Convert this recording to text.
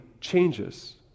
changes